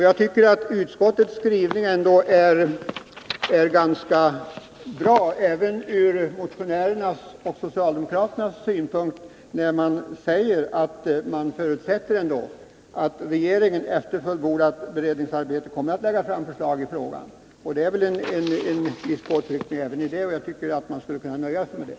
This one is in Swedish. Jag tycker att utskottets skrivning ändå är ganska bra även ur motionärernas och de socialdemokratiska reservanternas synpunkt, när det sägs att man förutsätter att regeringen efter fullbordat beredningsarbete kommer att lägga fram förslag i frågan. Det ligger väl en viss påtryckning i detta, och jag tycker att man skulle kunna nöja sig med det.